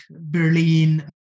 Berlin